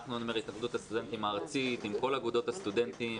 אנחנו זה אומר התאחדות הסטודנטים הארצית עם כל אגודות הסטודנטים,